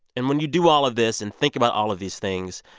and when you do all of this and think about all of these things,